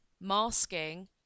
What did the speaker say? masking